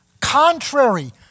contrary